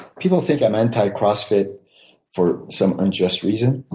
people think i'm anti cross fit for some unjust reason.